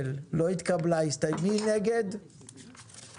הצבעה ההסתייגות של חבר הכנסת קרעי לסעיף 2 לא אושרה.